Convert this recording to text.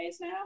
now